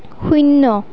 শূন্য